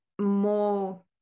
more